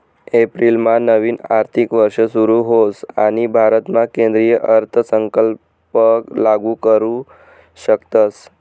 एप्रिलमा नवीन आर्थिक वर्ष सुरू होस आणि भारतामा केंद्रीय अर्थसंकल्प लागू करू शकतस